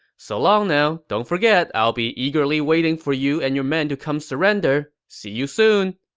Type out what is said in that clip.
so long now. don't forget, i'll be eagerly waiting for you and your men to come surrender. see you soon